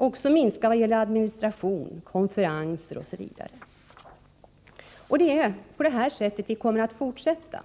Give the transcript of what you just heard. Vi föreslår även en minskning av administration, konferenser Osv. På detta sätt kommer vi att fortsätta: